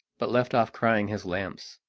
but left off crying his lamps,